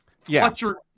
Fletcher